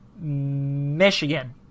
Michigan